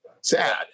sad